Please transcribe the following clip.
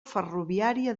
ferroviària